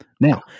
Now